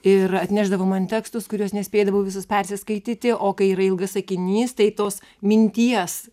ir atnešdavo man tekstus kuriuos nespėdavau visus persiskaityti o kai yra ilgas sakinys tai tos minties